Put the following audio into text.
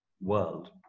world